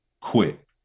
quit